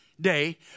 day